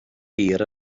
hir